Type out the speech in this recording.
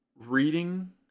reading